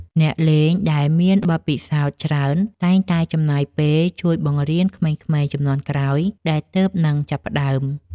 អ្នកលេងដែលមានបទពិសោធន៍ច្រើន តែងតែចំណាយពេលជួយបង្រៀនក្មេងៗជំនាន់ក្រោយដែលទើបនឹងចាប់ផ្ដើម។